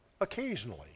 occasionally